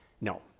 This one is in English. No